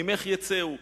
ממך יצאו.